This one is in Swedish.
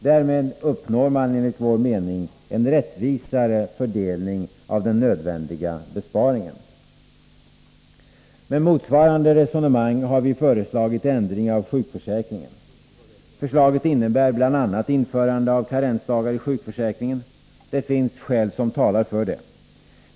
Därmed uppnår man enligt vår mening en rättvisare fördelning av den nödvändiga besparingen. Med motsvarande resonemang har vi bl.a. föreslagit införande av karensdagar i sjukförsäkringen. Det finns skäl som talar för det.